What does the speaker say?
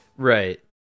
Right